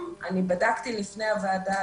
בדקתי לפני הוועדה,